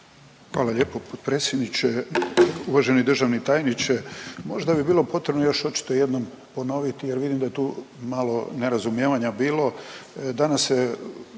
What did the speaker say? Hvala lijepo potpredsjedniče. Uvaženi državni tajniče možda bi bilo potrebno još očito jednom ponoviti jer vidim da je tu malo nerazumijevanja bilo.